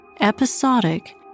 episodic